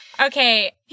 Okay